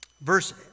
Verse